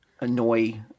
annoy